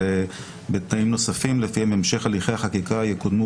ובתנאים נוספים לפיהם המשך הליכי החקיקה יקודמו